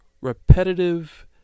repetitive